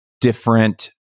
different